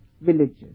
villages